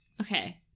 Okay